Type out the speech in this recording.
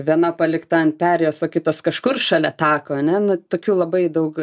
viena palikta ant perėjos o kitos kažkur šalia tako ane nu tokių labai daug